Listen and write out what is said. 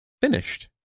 finished